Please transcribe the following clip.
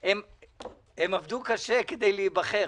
הם עבדו קשה כדי להיבחר.